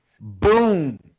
Boom